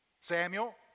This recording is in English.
Samuel